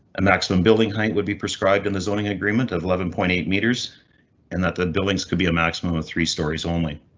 a maximum building height would be prescribed in the zoning agreement of eleven point eight meters and that the buildings could be a maximum of three stories only.